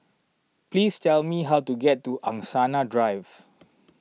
please tell me how to get to Angsana Drive